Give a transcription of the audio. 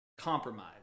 Compromise